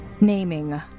naming